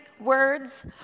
words